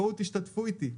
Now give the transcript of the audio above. בואו תשתתפו איתי,